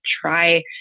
try